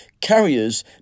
carriers